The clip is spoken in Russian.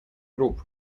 групп